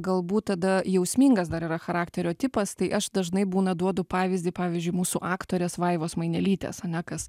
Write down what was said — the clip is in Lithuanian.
galbūt tada jausmingas dar yra charakterio tipas tai aš dažnai būna duodu pavyzdį pavyzdžiui mūsų aktorės vaivos mainelytės ane kas